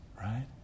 right